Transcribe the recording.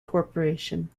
corporation